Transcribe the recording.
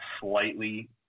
slightly